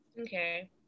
okay